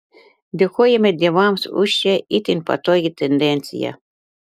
dėkojame dievams už šią itin patogią tendenciją